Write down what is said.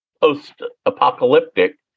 post-apocalyptic